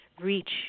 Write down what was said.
reach